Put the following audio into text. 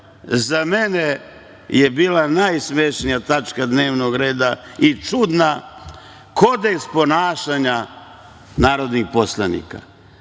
za mene je bila najsmešnija tačka dnevnog reda i čudna - Kodeks ponašanja narodnih poslanika.